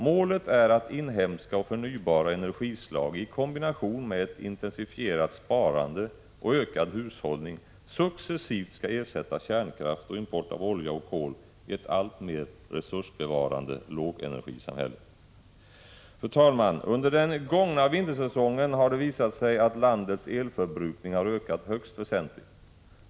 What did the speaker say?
Målet är att inhemska och förnybara energislag i kombination med ett intensifierat sparande och ökad hushållning successivt skall ersätta kärnkraft och import av olja och kol i ett alltmer resursbevarande lågenergisamhälle. Fru talman! Under den gångna vintersäsongen har det visat sig att landets elförbrukning har ökat högst väsentligt.